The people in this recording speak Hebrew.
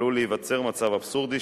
עלול להיווצר מצב אבסורדי,